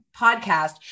podcast